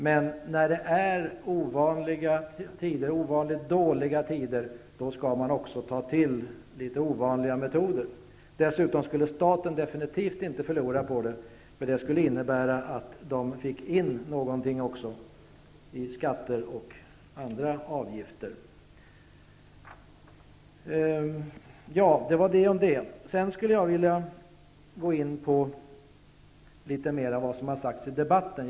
Men när det är ovanligt dåliga tider skall man också ta till litet ovanliga metoder. Dessutom skulle staten definitivt inte förlora på det, då det skulle innebära att man fick in skatter och andra avgifter. Sedan skulle jag vilja gå in litet mera på vad som har sagts i debatten.